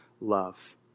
love